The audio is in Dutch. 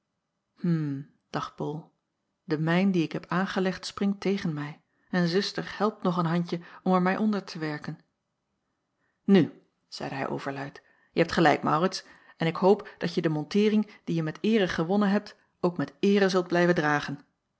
hm dacht bol de mijn die ik heb aangelegd springt tegen mij en zuster helpt nog een handje om er mij onder te werken nu zeide hij overluid je hebt gelijk maurits en ik hoop dat je de monteering die je met eere gewonnen hebt ook met eere zult blijven dragen